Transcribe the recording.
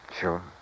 sure